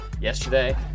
yesterday